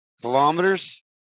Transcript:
kilometers